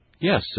Yes